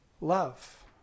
Love